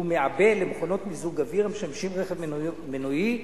מעבה למכונות מיזוג אוויר המשמשים רכב מנועי,